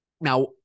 now